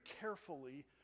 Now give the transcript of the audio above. carefully